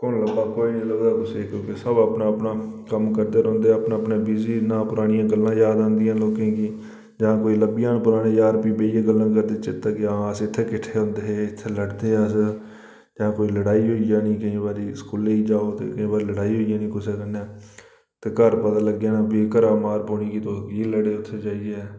कु'न लभदा कोई निं लभदा कुसैगी निं सब अपने अपने कम्म करदे रौंह्दे अपने अपने बिजी ना परानियां गल्लां याद आंदियां लोकें गी जां कोई लब्भी जान पराने यार बेहियै गल्लां करदे चेत्तै हां कि अस इत्थें किट्ठे होंदे हे अस इत्थें लड़दे हे ते कोई लड़ाई होई जानी केईं बारी स्कूलै गी जाओ ते केईं बारी लड़ाई होई जानी कुसै कन्नै ते घर पता लग्गी जाना ते फ्ही घरा मार पौनी कि तुस की लड़े उत्थें जाइयै